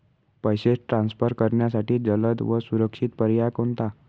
पैसे ट्रान्सफर करण्यासाठी जलद व सुरक्षित पर्याय कोणता?